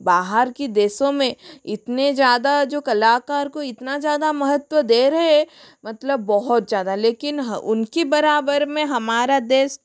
बाहर की देशों में इतने ज़्यादा जो कलाकार को इतना ज़्यादा महत्व दे रहे मतलब बहुत ज़्यादा लेकिन उनके बराबर में हमारा देश